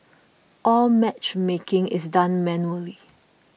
all matchmaking is done manually